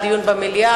בעד דיון במליאה.